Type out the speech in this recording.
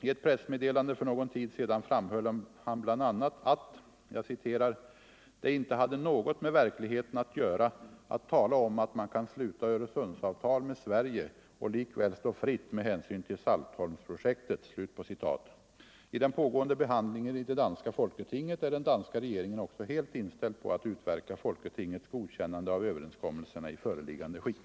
I ett pressmeddelande för någon tid sedan framhöll han bl.a. att ”det inte hade något med verkligheten att göra att tala om att man kan sluta Öresundsavtal med Sverige och likväl stå fritt med hänsyn till Saltholmsprojektet”. I den pågående behandlingen i det danska folketinget är den danska regeringen också helt inställd på att utverka folketingets godkännande av överenskommelserna i föreliggande skick.